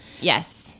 Yes